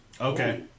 Okay